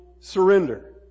Surrender